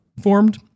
formed